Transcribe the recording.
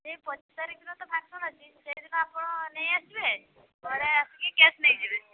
ଏଇ ପଚିଶ ତାରିଖ ଦିନ ତ ଫଙ୍କସନ୍ ଅଛି ସେଇଦିନ ଆପଣ ନେଇ ଆସିବେ ପରେ ଆସିକି କ୍ୟାସ୍ ନେଇଯିବେ